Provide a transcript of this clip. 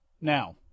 Now